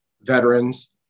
veterans